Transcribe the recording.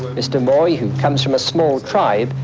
mr moi, who comes from a small tribe,